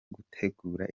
gutegura